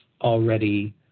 already